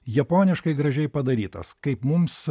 japoniškai gražiai padarytas kaip mums